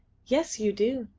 yes, you do,